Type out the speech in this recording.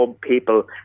people